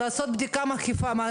מבלי שאנחנו יודעים?